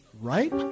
right